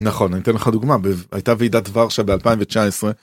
נכון, אני אתן לך דוגמה, הייתה ועידת ורשה ב-2019.